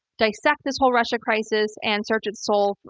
dissect this whole russia crisis, and search its soul,